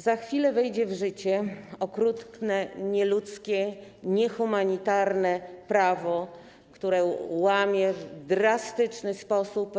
Za chwilę wejdzie w życie okrutne, nieludzkie, niehumanitarne prawo, które łamie w drastyczny sposób